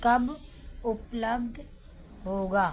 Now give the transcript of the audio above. कब उपलब्ध होगा